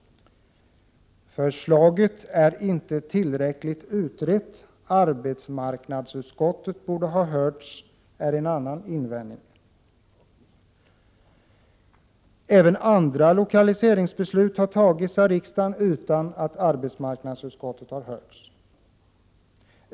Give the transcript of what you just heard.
Förslaget är inte tillräckligt utrett, arbetsmarknadsutskottet borde ha hörts, är en annan invändning. Även andra lokaliseringsbeslut har fattats av riksdagen utan att arbetsmarknadsutskottet har hörts.